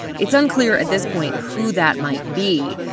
it's unclear at this point who that might be.